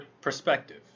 perspective